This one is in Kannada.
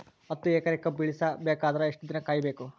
ಹತ್ತು ಎಕರೆ ಕಬ್ಬ ಇಳಿಸ ಬೇಕಾದರ ಎಷ್ಟು ದಿನ ಕಾಯಿ ಬೇಕು?